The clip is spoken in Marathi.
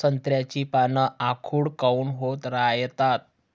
संत्र्याची पान आखूड काऊन होत रायतात?